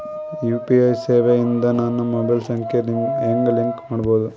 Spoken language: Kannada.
ಯು.ಪಿ.ಐ ಸೇವೆ ಇಂದ ನನ್ನ ಮೊಬೈಲ್ ಸಂಖ್ಯೆ ಹೆಂಗ್ ಲಿಂಕ್ ಮಾಡಬೇಕು?